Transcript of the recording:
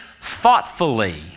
thoughtfully